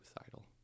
suicidal